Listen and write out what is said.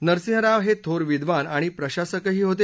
नरसिंह राव हे थोर विद्वान आणि प्रशासकही होते